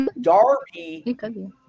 Darby